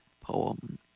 poem